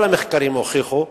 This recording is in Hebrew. כל המחקרים הוכיחו,